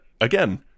again